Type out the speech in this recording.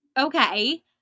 Okay